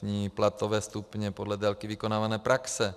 Tarifní platové stupně podle délky vykonávané praxe.